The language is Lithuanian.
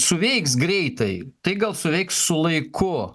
suveiks greitai tai gal suveiks su laiku